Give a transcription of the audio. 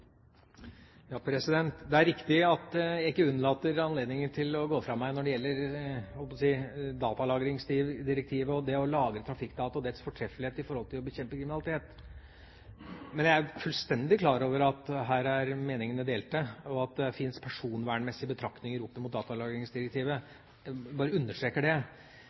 riktig at jeg ikke lar anledningen gå fra meg når det gjelder å kommentere datalagringsdirektivet, det å lagre trafikkdata og datalagringsdirektivets fortreffelighet i forhold til å bekjempe kriminalitet. Men jeg er fullstendig klar over at her er meningene delte, og at det finnes personvernmessige betraktninger opp mot datalagringsdirektivet – jeg bare understreker det.